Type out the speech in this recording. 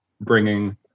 bringing